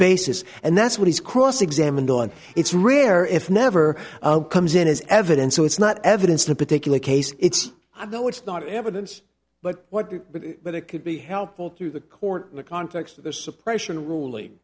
basis and that's what he's cross examined on it's rare if never comes in as evidence so it's not evidence in a particular case it's i know it's not evidence but what but it could be helpful to the court in the context of the suppression ruling